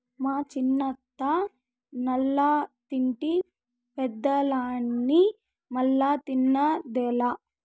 మా చిన్నతనంల తింటి పెండలాన్ని మల్లా తిన్నదేలా